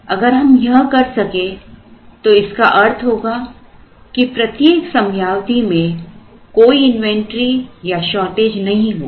अगर हम यह कर सके तो इसका अर्थ होगा कि प्रत्येक समयावधि में कोई इन्वेंटरी या शॉर्टेज नहीं होगी